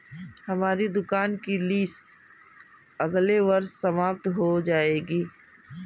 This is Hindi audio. हमारी दुकान की लीस अगले वर्ष समाप्त हो जाएगी